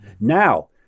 Now